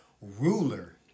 ruler